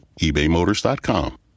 ebaymotors.com